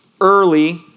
early